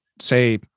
say